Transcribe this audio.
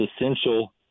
essential